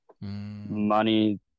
money